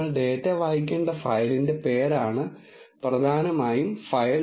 നിങ്ങൾ ഡാറ്റ വായിക്കേണ്ട ഫയലിന്റെ പേരാണ് പ്രധാനമായും ഫയൽ